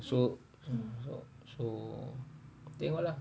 so so so tengok lah